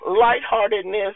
lightheartedness